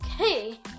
Okay